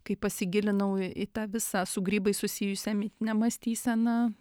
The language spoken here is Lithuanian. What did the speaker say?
kai pasigilinau į tą visą su grybais susijusią mitinę mąstyseną